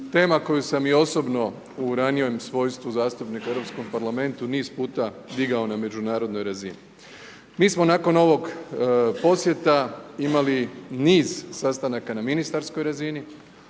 tema koju sam i osobno u ranijem svojstvu zastupnika u Europskom parlamentu niz puta digao na međunarodnoj razini. Mi smo nakon ovog posjeta imali niz sastanaka na ministarskoj razini,